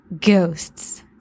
ghosts